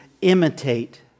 imitate